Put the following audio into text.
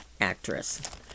Actress